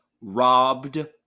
robbed